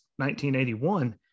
1981